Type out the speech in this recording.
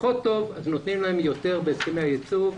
פחות טוב ולכן נותנים להם יותר בהסכמי הייצוב.